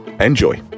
Enjoy